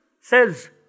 says